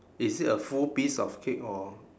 is it a full piece of cake or